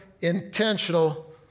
intentional